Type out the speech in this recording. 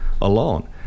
alone